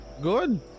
Good